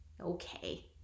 Okay